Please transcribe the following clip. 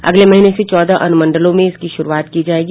अगले महीने से चौदह अनुमंडलों में इसकी शुरूआत की जायेगी